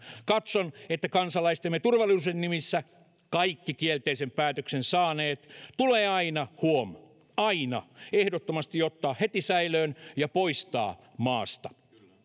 katson että kansalaistemme turvallisuuden nimissä kaikki kielteisen päätöksen saaneet tulee aina huom aina ehdottomasti ottaa heti säilöön ja poistaa maasta